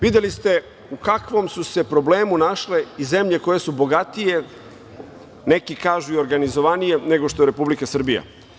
Videli ste u kakvom su se problemu našle i zemlje koje su bogatije, neki kažu i organizovanije nego što je Republika Srbija.